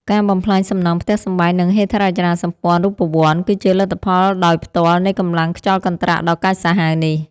ការបំផ្លាញសំណង់ផ្ទះសម្បែង និងហេដ្ឋារចនាសម្ព័ន្ធរូបវន្ត គឺជាលទ្ធផលដោយផ្ទាល់នៃកម្លាំងខ្យល់កន្ត្រាក់ដ៏កាចសាហាវនេះ។